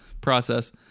process